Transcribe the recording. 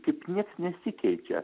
kaip nieks nesikeičia